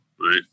right